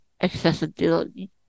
accessibility